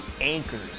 anchors